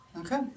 Okay